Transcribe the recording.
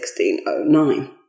1609